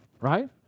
right